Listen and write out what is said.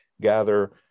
gather